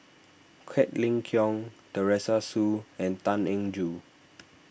Quek Ling Kiong Teresa Hsu and Tan Eng Joo